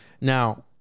Now